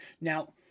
Now